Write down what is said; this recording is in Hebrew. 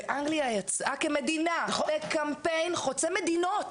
ואנגליה יצאה כמדינה לקמפיין חוצה מדינות,